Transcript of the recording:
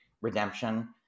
redemption